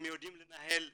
הם יודעים לנהל תקציב,